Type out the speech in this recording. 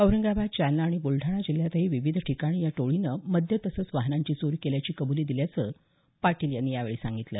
औरंगाबाद जालना आणि बुलडाणा जिल्ह्यातही विविध ठिकाणी या टोळीनं मद्य तसंच वाहनांची चोरी केल्याची कबुली दिल्याचं पाटील यांनी यावेळी सांगितलं